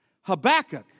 Habakkuk